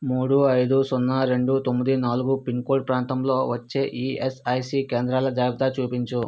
మూడు ఐదు సున్నా రెండు తొమ్మిది నాలుగు పిన్ కోడ్ ప్రాంతంలో వచ్చే ఈఎస్ఐసి కేంద్రాల జాబితా చూపించు